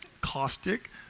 caustic